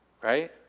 right